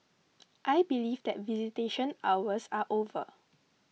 I believe that visitation hours are over